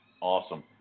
Awesome